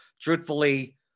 truthfully